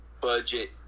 budget